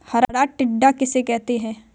हरा टिड्डा किसे कहते हैं?